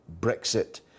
Brexit